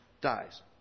dies